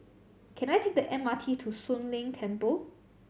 can I take the M R T to Soon Leng Temple